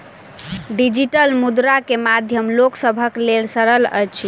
digital मुद्रा के माध्यम लोक सभक लेल सरल अछि